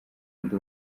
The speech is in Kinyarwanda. ndi